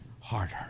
harder